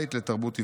בית לתרבות עברית.